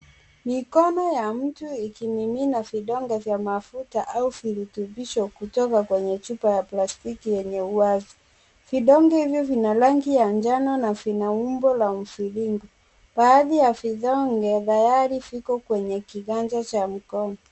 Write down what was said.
Mikono ya mtu ikimimina vidonge vya mafuta au virutubisho kutoka kwenye chupa ya plastiki yenye uwazi. Kidonge hivi vina rangi ya njano na vina umbo la mviringo. Baadhi ya vidonge tayari viko kwenye kiganja cha mkono.